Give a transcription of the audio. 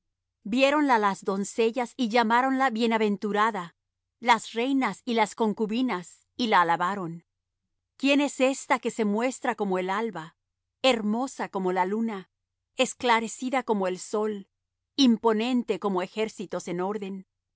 la engendró viéronla las doncellas y llamáronla bienaventurada las reinas y las concubinas y la alabaron quién es ésta que se muestra como el alba hermosa como la luna esclarecida como el sol imponente como ejércitos en orden